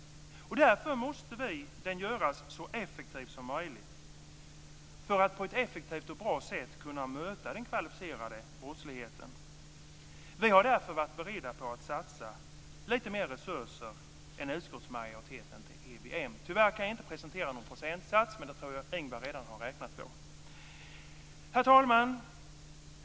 Därför måste myndigheten göras så effektiv som möjligt för att den på ett så effektivt och bra sätt ska kunna möta den kvalificerade brottsligheten. Vi har därför varit beredda på att satsa lite mer resurser än utskottsmajoriteten till EBM. Tyvärr kan jag inte presentera någon procentsats, men det tror jag att Ingvar Johnsson redan har räknat på. Herr talman!